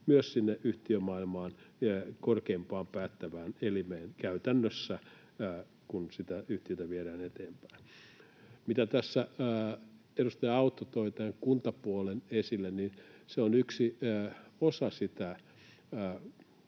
myös sinne yhtiömaailmaan, korkeimpaan päättävään elimeen käytännössä, kun sitä yhtiötä viedään eteenpäin. Tässä edustaja Autto toi tämän kuntapuolen esille. Se on yksi osa sitä